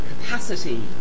capacity